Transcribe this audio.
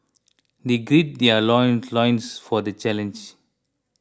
they gird their loin loins for the challenge